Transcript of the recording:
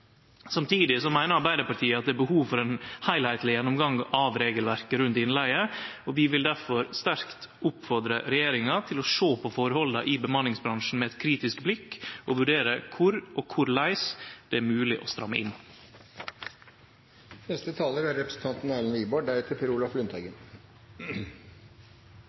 Samtidig meiner Arbeidarpartiet at det er behov for ein heilskapleg gjennomgang av regelverket rundt innleige, og vi vil difor sterkt oppfordre regjeringa til å sjå på forholda i bemanningsbransjen med eit kritisk blikk og vurdere kor og korleis det er mogleg å stramme inn.